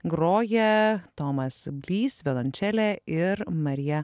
groja tomas glys violončelė ir marija